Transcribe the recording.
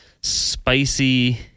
spicy